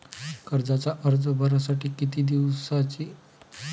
कर्जाचा अर्ज भरासाठी किती दिसाची मुदत हाय?